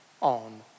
on